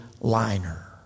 liner